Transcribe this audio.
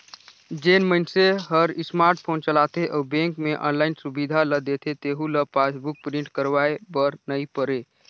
जेन मइनसे हर स्मार्ट फोन चलाथे अउ बेंक मे आनलाईन सुबिधा ल देथे तेहू ल पासबुक प्रिंट करवाये बर नई परे